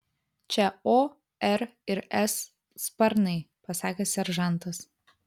čia o r ir s sparnai pasakė seržantas